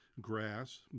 grass